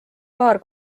paar